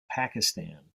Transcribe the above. pakistan